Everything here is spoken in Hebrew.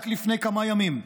רק לפני כמה ימים,